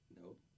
Nope